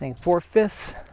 four-fifths